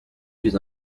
plus